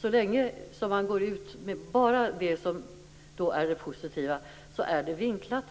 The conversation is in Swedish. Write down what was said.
Så länge man går ut med bara det som är det positiva är det vinklat.